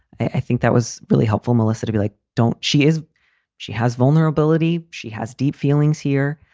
i think that was really helpful, melissa, to be like, don't she is she has vulnerability. she has deep feelings here,